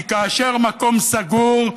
כי כאשר מקום סגור,